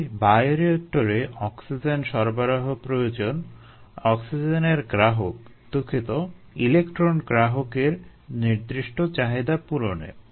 তাই বায়োরিয়েক্টরে অক্সিজেনের সরবরাহ প্রয়োজন অক্সিজেনের গ্রাহক দুঃখিত ইলেকট্রন গ্রাহকের নির্দিষ্ট চাহিদা পূরণে